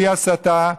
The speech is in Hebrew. בלי הסתה,